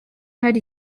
hari